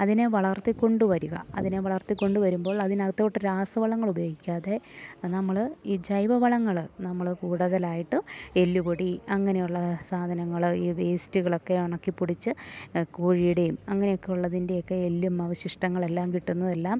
അതിനെ വളർത്തി കൊണ്ടു വരിക അതിനെ വളർത്തി കൊണ്ട് വരുമ്പോൾ അതിനകത്തോട്ട് രാസവളങ്ങൾ ഉപയോഗിക്കാതെ നമ്മൾ ഈ ജൈവ വളങ്ങൾ നമ്മൾ കൂടുതലായിട്ട് എല്ലു പൊടി അങ്ങനെയുള്ള സാധനങ്ങൾ ഈ വേസ്റ്റുകളൊക്കെ ഉണക്കിപ്പൊടിച്ച് കോഴിയുടെയും അങ്ങനെയൊക്കെയുള്ളതിൻ്റെയൊക്കെ എല്ലും അവശിഷ്ടങ്ങളെല്ലാം കിട്ടുന്നതെല്ലാം